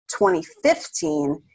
2015